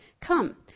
Come